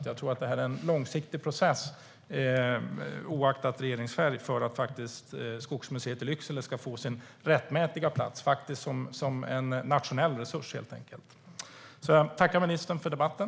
Jag tror att det är en långsiktig process, oaktat regeringsfärg, för att Skogsmuseet i Lycksele ska få sin rättmätiga plats som en nationell resurs. Jag tackar ministern för debatten.